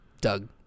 Doug